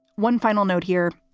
one final note here,